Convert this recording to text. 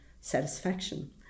satisfaction